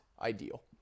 ideal